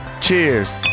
Cheers